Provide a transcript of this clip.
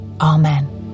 Amen